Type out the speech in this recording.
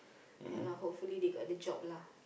ya lah hopefully they got the job lah